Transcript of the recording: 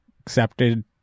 accepted